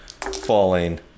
falling